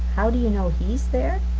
how do you know he's there?